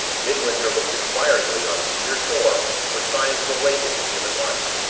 midwinter looked inquiringly on either shore for signs of awakening human life.